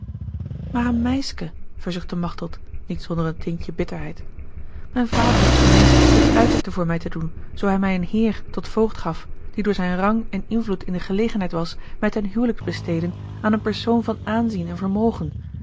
maar een meiske verzuchtte machteld niet zonder een tintje bitterheid mijn vader heeft gemeend het uiterste voor mij te doen zoo hij mij een heer tot voogd gaf die door zijn rang en invloed in de gelegenheid was mij ten hijlik te besteden aan een persoon van aanzien en vermogen